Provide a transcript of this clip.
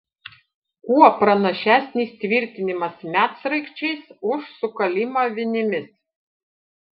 kuo pranašesnis tvirtinimas medsraigčiais už sukalimą vinimis